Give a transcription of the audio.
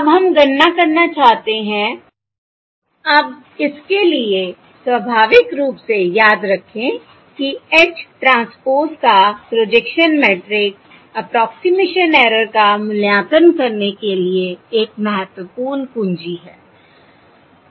अब हम गणना करना चाहते हैं अब इसके लिए स्वाभाविक रूप से याद रखें कि h ट्रांसपोज़ का प्रोजेक्शन मैट्रिक्स अप्रोक्सिमेशन ऐरर का मूल्यांकन करने के लिए एक महत्वपूर्ण कुंजी है